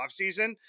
offseason